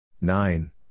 Nine